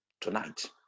tonight